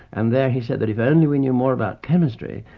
and there he said that if only we knew more about chemistry,